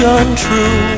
untrue